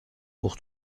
pour